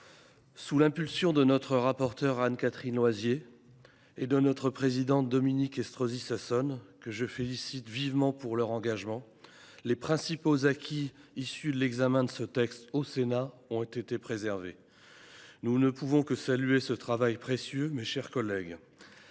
sous l’impulsion de notre rapporteure Anne Catherine Loisier et de notre présidente Dominique Estrosi Sassone, que je félicite vivement de leur engagement, les principaux acquis de l’examen de ce texte au Sénat ont été préservés. Nous ne pouvons que saluer ce travail précieux, mes chers collègues.